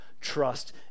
trust